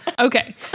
Okay